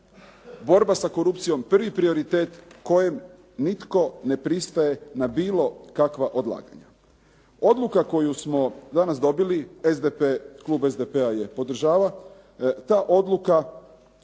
borba sa korupcijom prvi prioritet kojem nitko ne pristaje na bilo kakva odlaganja. Odluka koju smo danas dobili, klub SDP-a je podržava. Ta odluka